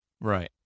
Right